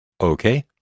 Okay